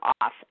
off